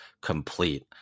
complete